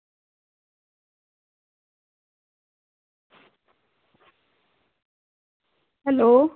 hello